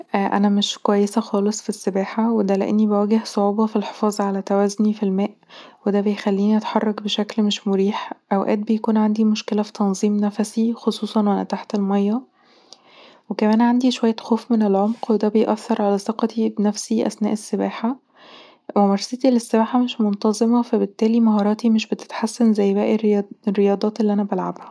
أنا مش كويسه خالص في السباحه، وده لأني بواجه صعوبة في الحفاظ على توازني في الماء، وده بيخليني أتحرك بشكل غير مريح، أوقات بيكون عندي مشكلة في تنظيم نفسي، خصوصًا وأنا تحت الميه، وكمان عندي شوية خوف من العمق، وده بيأثر على ثقتي بنفسي أثناء السباحة، ممارستي للسباحة مش منتظمة، فبالتالي مهاراتي مش بتتحسن زي باقي الرياضات اللي أنا بلعبها